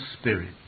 spirit